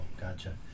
gotcha